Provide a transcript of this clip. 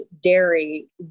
dairy